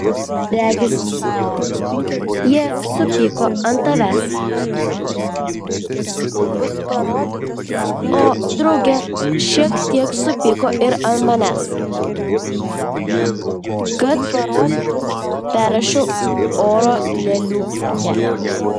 regis jie supyko ant tavęs o drauge šiek tiek supyko ir ant manęs kad perrašiau oro lėliukę